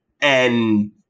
and-